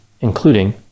including